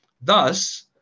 Thus